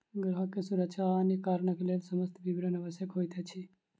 ग्राहक के सुरक्षा आ अन्य कारणक लेल समस्त विवरण आवश्यक होइत अछि